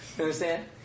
understand